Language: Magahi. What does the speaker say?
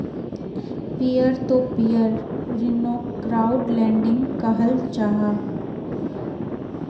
पियर तो पियर ऋन्नोक क्राउड लेंडिंग कहाल जाहा